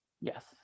yes